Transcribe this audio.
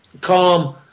calm